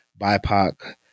BIPOC